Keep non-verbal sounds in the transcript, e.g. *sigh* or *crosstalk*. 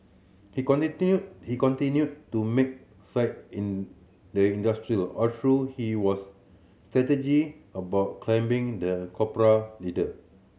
he *unintelligible* he continued to make side in the industry although he was strategic about climbing the corporate ladder